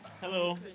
Hello